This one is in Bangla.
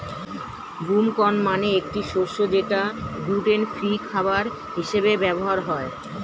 বুম কর্ন মানে একটি শস্য যেটা গ্লুটেন ফ্রি খাবার হিসেবে ব্যবহার হয়